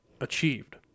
achieved